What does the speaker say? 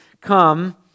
come